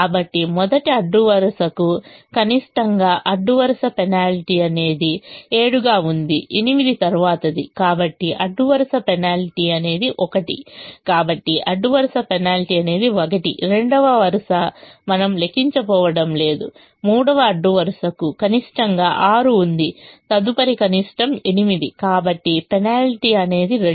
కాబట్టి మొదటి అడ్డు వరుసకు కనిష్టంగా అడ్డు వరుస పెనాల్టీ అనేది 7 గా ఉంది 8 తరువాతిది కాబట్టి అడ్డు వరుస పెనాల్టీ అనేది 1 కాబట్టి అడ్డు వరుస పెనాల్టీ అనేది 1 రెండవ వరుస మనము లెక్కించబోవడం లేదు మూడవ అడ్డు వరుసకు కనిష్టంగా 6 ఉంది తదుపరిది కనిష్టం 8 కాబట్టి పెనాల్టీ అనేది 2